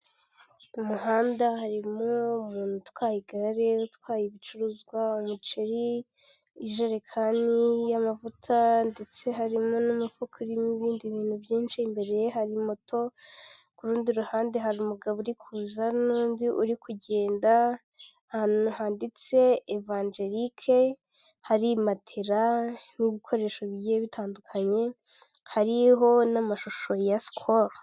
Ni imodoka ndende itwara abagenzi muri rusange iri gutambuka mumuhanda, ifite ibara ry'ubururu hasi rikurikirana n'iry'umweru agahondo gake ndetse n'ibirahuri by'umukara iruhande rw'umuhanda hari gutambuka umuntu.